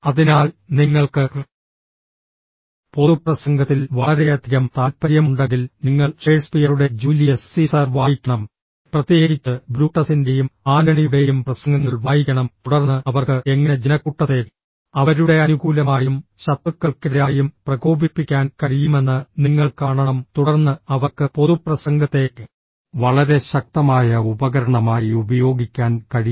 അതിനാൽ നിങ്ങൾക്ക് പൊതുപ്രസംഗത്തിൽ വളരെയധികം താൽപ്പര്യമുണ്ടെങ്കിൽ നിങ്ങൾ ഷേക്സ്പിയറുടെ ജൂലിയസ് സീസർ വായിക്കണം പ്രത്യേകിച്ച് ബ്രൂട്ടസിന്റെയും ആന്റണിയുടെയും പ്രസംഗങ്ങൾ വായിക്കണം തുടർന്ന് അവർക്ക് എങ്ങനെ ജനക്കൂട്ടത്തെ അവരുടെ അനുകൂലമായും ശത്രുക്കൾക്കെതിരായും പ്രകോപിപ്പിക്കാൻ കഴിയുമെന്ന് നിങ്ങൾ കാണണം തുടർന്ന് അവർക്ക് പൊതുപ്രസംഗത്തെ വളരെ ശക്തമായ ഉപകരണമായി ഉപയോഗിക്കാൻ കഴിയും